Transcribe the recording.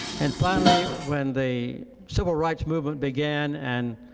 and finally, when the civil rights movement began and